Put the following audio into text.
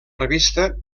revista